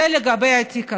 זה לגבי התיק הזה.